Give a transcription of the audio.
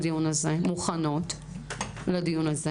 מוכנות לדיון הזה,